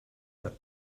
that